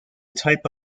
type